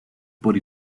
por